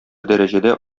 дәрәҗәдә